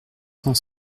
cent